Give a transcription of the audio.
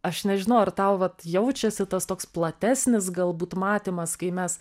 aš nežinau ar tau vat jaučiasi tas toks platesnis galbūt matymas kai mes